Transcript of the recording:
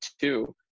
two